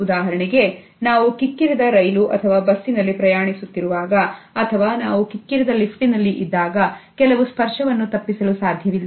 ಉದಾಹರಣೆಗೆ ನಾವು ಕಿಕ್ಕಿರಿದ ರೈಲು ಅಥವಾ ಬಸ್ನಲ್ಲಿ ಪ್ರಯಾಣಿಸುತ್ತಿರುವಾಗ ಅಥವಾ ನಾವು ಕಿಕ್ಕಿರಿದ ಲಿಫ್ಟಿನಲ್ಲಿ ಇದ್ದಾಗ ಕೆಲವು ಸ್ಪರ್ಶವನ್ನು ತಪ್ಪಿಸಲು ಸಾಧ್ಯವಿಲ್ಲ